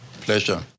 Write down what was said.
Pleasure